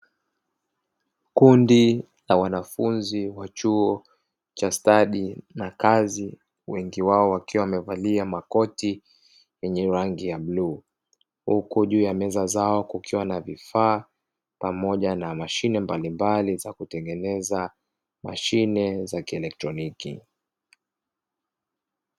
Kundi la wanafunzi wa chuo cha stadi na kazi, wengi wao wakiwa wamevalia makoti yenye rangi ya bluu, huku juu ya meza zao kukiwa na vifaa pamoja na mashine mbalimbali za kutengeneza mashine za kielektroniki.